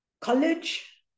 college